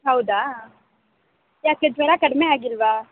ಹೌದಾ ಯಾಕೆ ಜ್ವರ ಕಡಿಮೆ ಆಗಿಲ್ಲವಾ